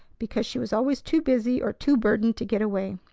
because she was always too busy or too burdened to get away.